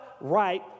right